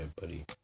buddy